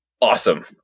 awesome